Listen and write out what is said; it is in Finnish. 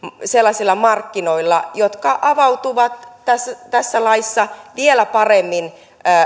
sellaisilla markkinoilla jotka avautuvat tässä tässä laissa vielä paremmin